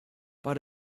but